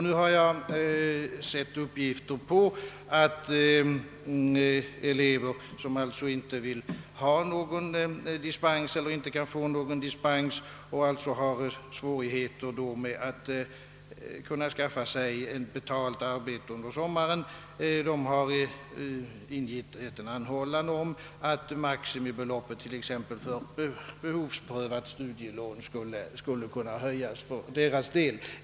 Nu har jag sett uppgifter om att elever, som inte vill ha eller inte kan få dispens och har svårigheter att skaffa sig betalt arbete under sommaren, har ingivit en anhållan om att maximibeloppet för behovsprövat studielån höjs för deras del.